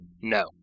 No